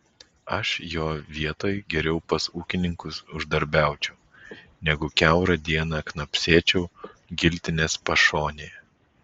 aš jo vietoj geriau pas ūkininkus uždarbiaučiau negu kiaurą dieną knapsėčiau giltinės pašonėje